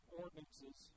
ordinances